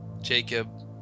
Jacob